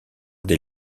des